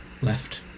left